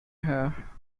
here